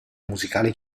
musicale